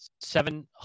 seven